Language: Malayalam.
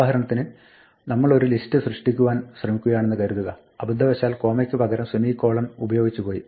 ഉദാഹരണത്തിന് നമ്മൾ ഒരു ലിസ്റ്റ് സൃഷ്ടിക്കുവാൻ ശ്രമിക്കുകയാണെന്ന് കരുതുക അബദ്ധവശാൽ കോമയ്ക്ക് പകരം സെമികോളൻ ഉപയോഗിച്ചു പോയി